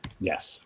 Yes